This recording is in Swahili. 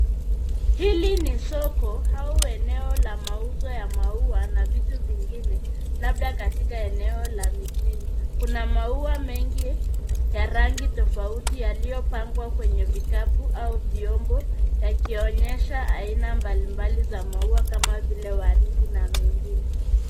Hili ni soko au eneo la mauzo ya maua na vitu vingine labda katika eneo la mijini. Kuna maua mengi ya rangi tofauti yaliyopangwa kwenye vikapu au vyombo yakionyesha aina mbalimbali za maua kama vile waridi na mengine.